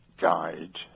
guide